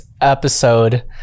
episode